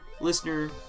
listener